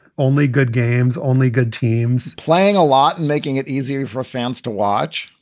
only good games, only good teams playing a lot and making it easier for fans to watch.